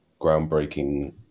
groundbreaking